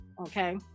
okay